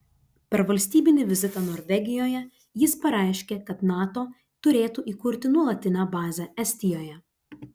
per valstybinį vizitą norvegijoje jis pareiškė kad nato turėtų įkurti nuolatinę bazę estijoje